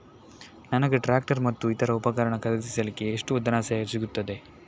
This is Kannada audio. ನನಗೆ ಟ್ರ್ಯಾಕ್ಟರ್ ಮತ್ತು ಇತರ ಉಪಕರಣ ಖರೀದಿಸಲಿಕ್ಕೆ ಎಷ್ಟು ಧನಸಹಾಯ ಸಿಗುತ್ತದೆ?